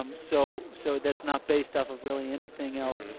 um so so that's not based off of really anything else,